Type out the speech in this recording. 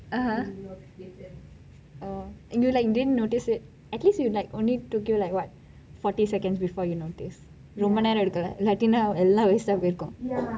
err err oo and you like didn't notice it at least you like only took you like what forty seconds before you notice ரோம்ப நேரம் எடுக்கலை இல்லாட்டி எல்லாம்:romba neram edukkalai illatti ellam waste போயிருக்கும்:poyirukkum